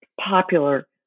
popular